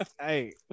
hey